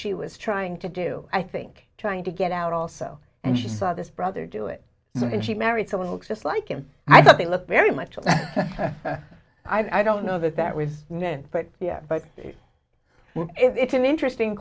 she was trying to do i think trying to get out also and she saw this brother do it and she married someone looks just like him i thought they looked very much i don't know that that was but yes but it's an interesting